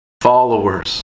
followers